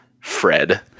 Fred